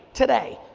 today,